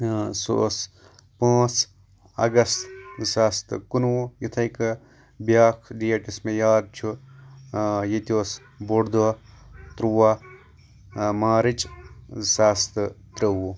سُہ اوس پانٛژھ اَگَست زٕساس تہٕ کُنوُہ یِتٕھے کہ بیاکھ ڈیٹ یُس مے یاد چھُ ییٚتہِ اوس بوٚڑ دۄہ تُرُوہ مارٕچ زٕساس تہٕ تٕرٛووُہ